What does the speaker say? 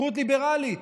זכות ליברלית.